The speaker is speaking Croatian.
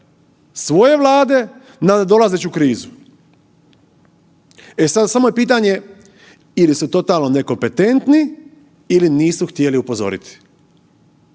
svoje vlade na nadolazeću krizu. E sada samo je pitanje ili su totalno nekompetentni ili nisu htjeli upozoriti.